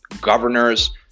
governors